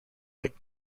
that